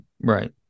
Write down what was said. Right